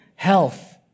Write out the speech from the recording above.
health